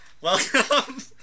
Welcome